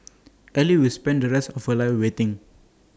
ally will spend the rest for life waiting